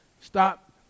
Stop